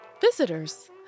visitors